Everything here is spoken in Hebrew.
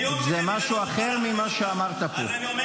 זה יום שכנראה לא נוכל להחזיר אותם.